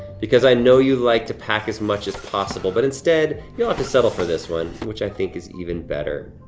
because i know you like to pack as much as possible. but instead you'll have to settle for this one, which i think is even better.